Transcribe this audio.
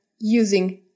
using